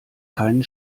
keinen